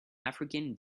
african